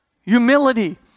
Humility